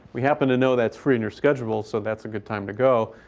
we happen to know that's free in your schedule. so that's a good time to go.